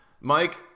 Mike